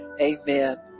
amen